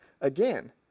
Again